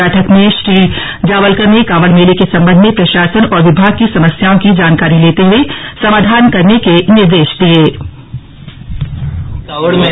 बैठक में श्री जावलकर ने कांवड मेले के सम्बन्ध में प्रशासन और विभाग की समस्याओं की जानकारी लेते हुए समाधान करने के निर्देश दिये